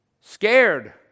scared